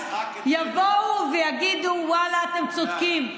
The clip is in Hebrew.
יבואו ויגידו: ואללה, אתם צודקים,